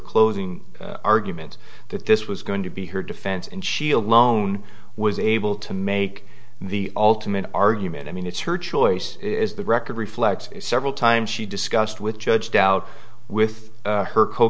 closing argument that this was going to be her defense and she alone was able to make the ultimate argument i mean it's her choice as the record reflects several times she discussed with judge doubt with her co